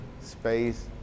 space